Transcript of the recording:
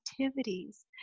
activities